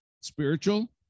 Spiritual